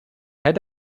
head